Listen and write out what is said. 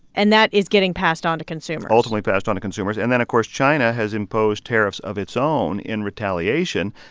and that is getting passed on to consumers ultimately passed on to consumers. and then, of course, china has imposed tariffs of its own in retaliation,